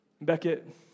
Beckett